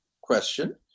question